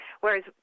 whereas